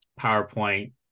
powerpoint